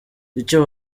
icyo